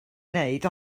wneud